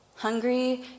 hungry